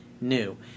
new